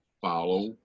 follow